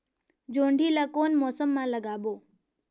जोणी ला कोन मौसम मा लगाबो?